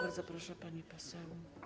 Bardzo proszę, pani poseł.